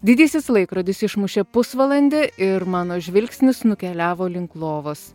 didysis laikrodis išmušė pusvalandį ir mano žvilgsnis nukeliavo link lovos